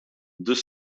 deux